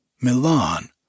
Milan